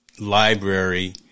library